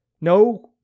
No